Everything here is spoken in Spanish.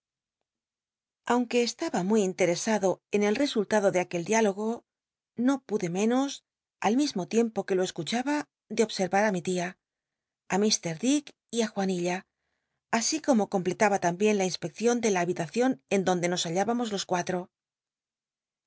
aunque estaba muy interesado en el resultado de aquel diálogo no pude menos al mismo tiempo que lo escuchaba de obscn ar á mi tia tí ir dick y tí juanilla asi como completaba tambicn la inspcccion de la habit acion en donde nos hallábamos los cuatro